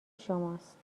شماست